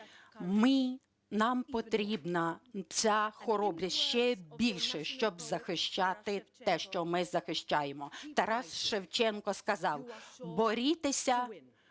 Нам потрібна ця хоробрість ще більше, щоб захищати те, що ми захищаємо". Тарас Шевченко сказав: "Борітеся